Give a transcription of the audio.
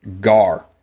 Gar